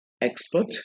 expert